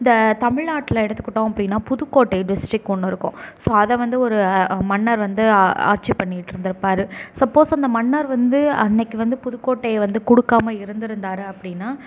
இந்த தமிழ்நாட்டுல எடுத்துகிட்டோம் அப்படின்னா புதுக்கோட்டை டிஸ்ட்ரிக் ஒன்று இருக்கும் ஸோ அதை வந்து ஒரு மன்னர் வந்து ஆட்சி பண்ணிக்கிட்டிருந்துருப்பாரு சப்போஸ் அந்த மன்னர் வந்து அன்றைக்கு வந்து புதுக்கோட்டைய வந்து கொடுக்காம இருந்திருந்தாரு அப்படின்னா